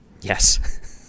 Yes